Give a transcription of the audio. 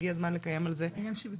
והגיע הזמן לקיים על זה דיון.